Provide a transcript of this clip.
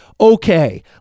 okay